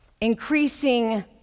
Increasing